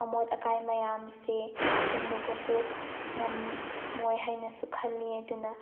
ꯑꯃꯣꯠ ꯑꯀꯥꯏ ꯃꯌꯥꯝꯁꯦ ꯁꯦꯡꯗꯣꯛꯄꯁꯨ ꯉꯝꯃꯣꯏ ꯍꯥꯏꯅꯁꯨ ꯈꯜꯂꯤ ꯑꯗꯨꯅ